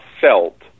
felt